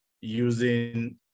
using